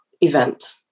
event